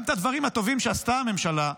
גם את הדברים הטובים שעשתה הממשלה,